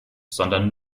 sondern